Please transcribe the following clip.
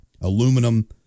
Aluminum